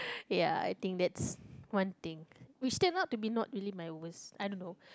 ya I think that's one thing which turn out to be not really my worst I don't know